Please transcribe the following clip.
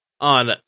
on